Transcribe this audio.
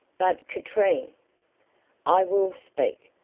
but katrine i will speak.